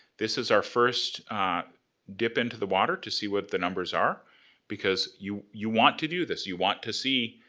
this is our first dip into the water to see what the numbers are because you you want to do this. you want to see,